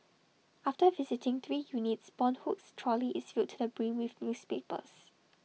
after visiting three units boon Hock's trolley is filled to the brim with newspapers